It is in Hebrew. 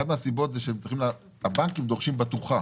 אחת מהסיבות זה שהבנקים דורשים בטוחה